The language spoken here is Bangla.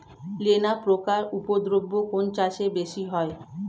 লেদা পোকার উপদ্রব কোন চাষে বেশি হয়?